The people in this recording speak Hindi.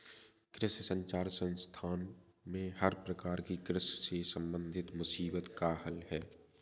कृषि संचार संस्थान में हर प्रकार की कृषि से संबंधित मुसीबत का हल है